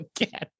again